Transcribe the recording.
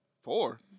four